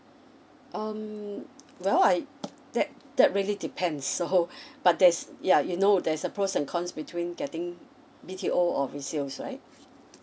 um well I that that really depends so but there's yeah you know there's a pros and cons between getting B_T_O or resales right